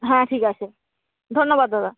হ্যাঁ ঠিক আছে ধন্যবাদ দাদা